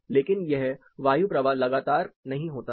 लेकिनयह वायु प्रवाह लगातार नहीं होता है